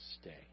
stay